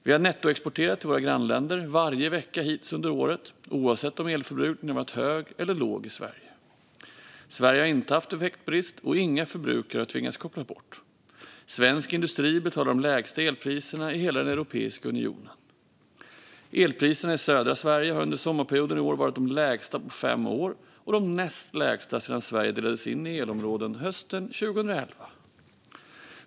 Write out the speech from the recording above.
Vi har nettoexporterat till våra grannländer varje vecka hittills under året, oavsett om elförbrukningen varit hög eller låg i Sverige. Sverige har inte haft effektbrist, och inga förbrukare har tvingats kopplas bort. Svensk industri betalar de lägsta elpriserna i hela Europeiska unionen. Elpriserna i södra Sverige har under sommarperioden i år varit de lägsta på fem år och de näst lägsta sedan Sverige delades in i elområden hösten 2011.